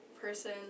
person